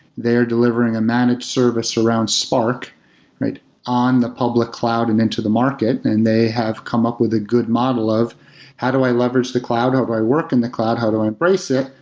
they are delivering a managed service around spark on the public cloud and then to the market and they have come up with a good model of how do i leverage the cloud? how do i work in the cloud? how do i embrace it?